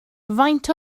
faint